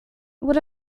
what